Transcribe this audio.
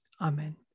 Amen